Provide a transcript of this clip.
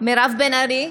מירב בן ארי,